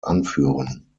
anführen